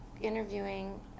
interviewing